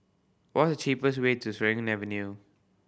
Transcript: what is the cheapest way to Serangoon Avenue